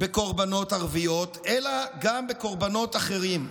בקורבנות ערביות אלא גם בקורבנות אחרים,